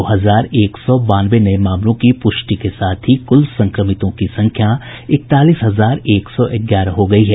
दो हजार एक सौ बानवे नये मामलों की पुष्टि के साथ ही कुल संक्रमितों की संख्या इकतालीस हजार एक सौ ग्यारह हो गयी है